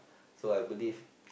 so I believe